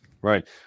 right